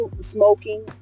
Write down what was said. smoking